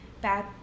bad